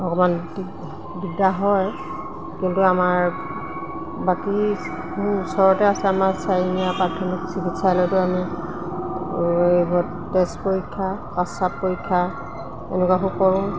অকণমান দিগদাৰ হয় কিন্তু আমাৰ বাকীবোৰ ওচৰতে আছে আমাৰ চাৰিঙীয়া প্ৰাথমিক চিকিৎসালয়তো আমি এইবোৰত তেজ পৰীক্ষা প্ৰস্ৰাৱ পৰীক্ষা এনেকুৱাবোৰ কৰোঁ